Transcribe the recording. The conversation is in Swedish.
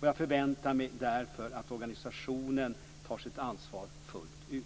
Jag förväntar mig därför att organisationen tar sitt ansvar fullt ut.